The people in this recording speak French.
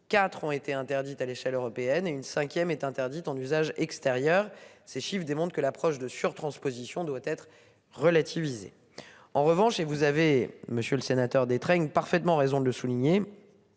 4 ont été interdites à l'échelle européenne et une 5ème est interdite en usage extérieur ces chiffres démontrent que l'approche de surtransposition doit être relativisée. En revanche, et vous avez monsieur le sénateur Détraigne parfaitement raison de le souligner.